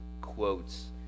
quotes